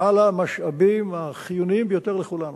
על המשאבים החיוניים ביותר לכולנו.